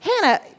Hannah